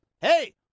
Hey